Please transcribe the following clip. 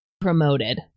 promoted